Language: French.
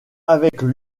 avec